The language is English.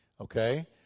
Okay